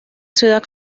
ciudad